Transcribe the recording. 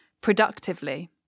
productively